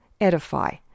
edify